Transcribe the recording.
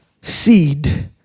seed